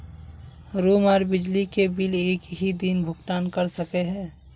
Room आर बिजली के बिल एक हि दिन भुगतान कर सके है?